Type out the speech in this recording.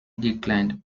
declined